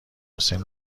حسین